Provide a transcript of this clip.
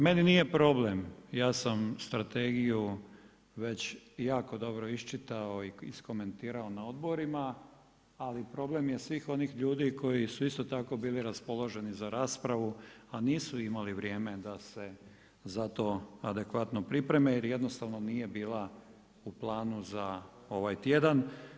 Meni nije problem, ja sam strategiju već jako dobro iščitao i iskomentirao na odborima ali problem je svih onih ljudi koji su isto tako bili raspoloženi za raspravu a nisu imali vrijeme da se za to adekvatno pripreme jer jednostavno nije bila u planu za ovaj tjedan.